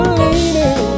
leaning